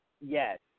yes